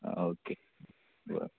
आं ओके ब